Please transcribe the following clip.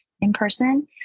in-person